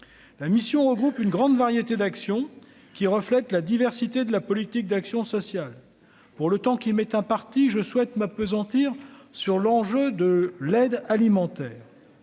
la mission regroupe une grande variété d'actions qui reflètent la diversité de la politique d'action sociale pour le temps qui m'est un parti, je souhaite m'appesantir sur l'enjeu de l'aide alimentaire.